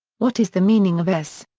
what is the meaning of s?